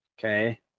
Okay